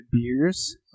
beers